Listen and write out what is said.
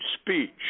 speech